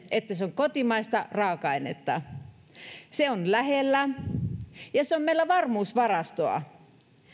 että se on kotimaista raaka ainetta se on lähellä ja se on meillä varmuusvarastoa